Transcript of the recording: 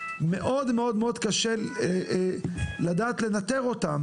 מאוד קשה לדעת לנטר אותם